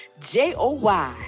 joy